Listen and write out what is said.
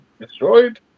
destroyed